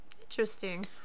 Interesting